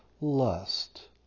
lust